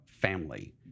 family